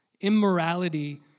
immorality